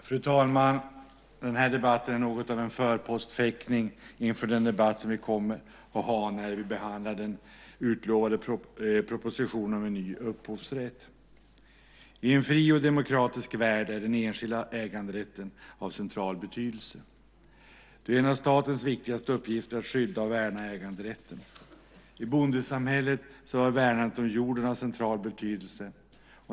Fru talman! Denna debatt är något av en förpostfäktning inför den debatt som vi kommer att ha när vi behandlar den utlovade propositionen om en ny upphovsrätt. I en fri och demokratisk värld är den enskilda äganderätten av central betydelse. Det är ju en av statens viktigaste uppgifter att skydda och värna den. I bondesamhället var värnandet om jorden av central betydelse.